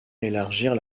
élargir